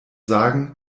sagen